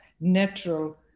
natural